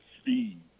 speed